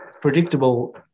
predictable